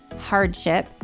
hardship